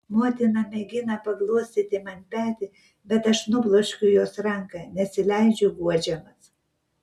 motina mėgina paglostyti man petį bet aš nubloškiu jos ranką nesileidžiu guodžiamas